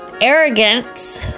Arrogance